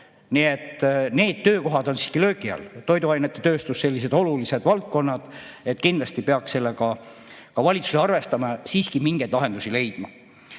need töökohad on siiski löögi all. Toiduainetööstus, sellised olulised valdkonnad. Kindlasti peaks sellega ka valitsus arvestama ja siiski mingeid lahendusi leidma.